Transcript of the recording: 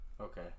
Okay